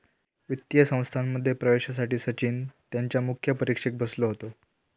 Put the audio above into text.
वित्तीय संस्थांमध्ये प्रवेशासाठी सचिन त्यांच्या मुख्य परीक्षेक बसलो होतो